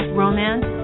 romance